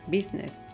Business